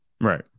Right